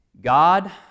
God